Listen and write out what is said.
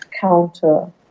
counter